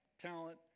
talent